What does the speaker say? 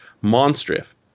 monstrous